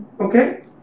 Okay